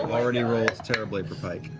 already rolled terribly for pike.